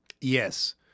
Yes